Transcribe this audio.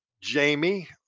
Jamie